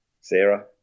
Sarah